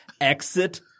exit